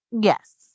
Yes